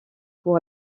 pour